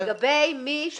לגבי מי שהצהיר.